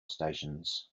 stations